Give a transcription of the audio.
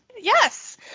Yes